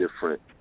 different